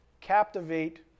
captivate